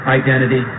identity